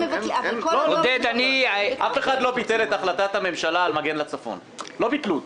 אבל כל עוד לא ביטלו --- עודד,